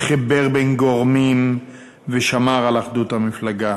חיבר בין גורמים ושמר על אחדות המפלגה